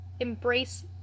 embrace